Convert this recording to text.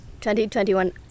2021